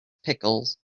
pickles